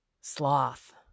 sloth